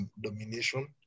domination